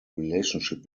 relationship